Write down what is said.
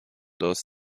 those